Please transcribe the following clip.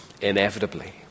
inevitably